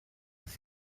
das